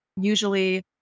usually